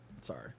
Sorry